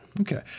Okay